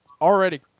already